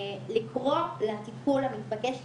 לקרוא לטיפול המתבקש אשפוז,